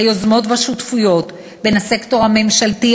היוזמות והשותפויות של הסקטור הממשלתי,